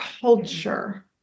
culture